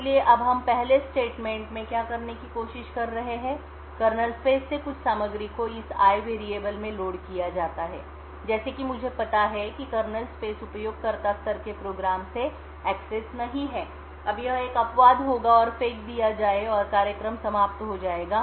इसलिए अब हम पहले स्टेटमेंट में क्या करने की कोशिश कर रहे हैं कर्नेल स्पेस से कुछ सामग्री को इस i वेरिएबल में लोड किया जाता है जैसे कि मुझे पता है कि कर्नेल स्पेस उपयोगकर्ता स्तर के प्रोग्राम से एक्सेस नहीं है अब यह एक अपवाद होगा और फेंक दिया जाए और कार्यक्रम समाप्त हो जाएगा